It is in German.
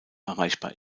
erreichbar